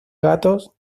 gatos